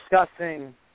discussing